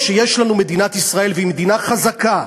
כשיש לנו מדינת ישראל והיא מדינה חזקה,